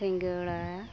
ᱥᱤᱸᱜᱟᱹᱲᱟ